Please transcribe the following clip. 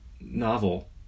novel